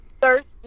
thirsty